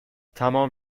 تمام